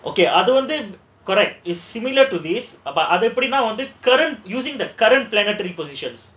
okay other than correct is similar to this அது எப்டின்னா வந்து:adhu epdinaa vandhu current using the current planet positions